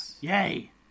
Yay